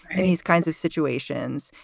and these kinds of situations.